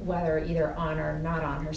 whether you're on or not on her